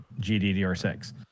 gddr6